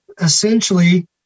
essentially